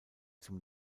zum